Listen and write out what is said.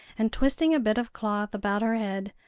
and twisting a bit of cloth about her head,